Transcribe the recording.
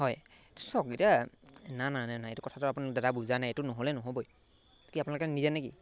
হয় চওক এতিয়া না না নাই নাই এইটো কথাটো আপুনি দাদা বুজা নাই এইটো নহ'লে নহ'বই কি আপোনালোকে নিদিয়ে নেকি